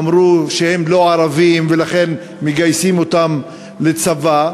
אמרו שהם לא ערבים ולכן מגייסים אותם לצבא.